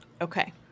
Okay